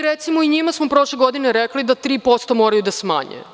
Recimo, njima smo prošle godine rekli da 3% moraju da smanje.